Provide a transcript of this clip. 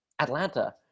Atlanta